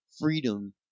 freedom